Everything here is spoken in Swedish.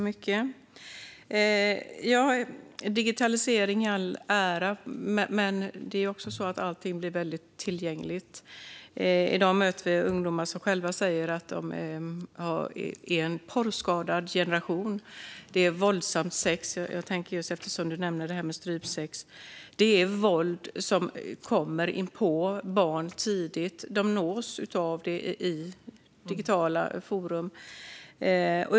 Herr talman! Digitalisering i all ära, men det är också så att allting blir väldigt tillgängligt. I dag möter vi ungdomar som själva säger att de är en porrskadad generation. Det är våldsamt sex - du nämnde detta med strypsex. Det är våld som kommer inpå barn tidigt. De nås av det i digitala forum.